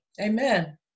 amen